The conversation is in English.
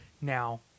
Now